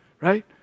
Right